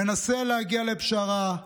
מנסה להגיע לפשרה.